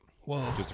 Whoa